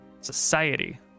Society